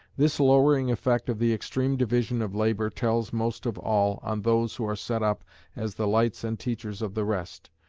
this lowering effect of the extreme division of labour tells most of all on those who are set up as the lights and teachers of the rest.